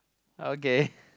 okay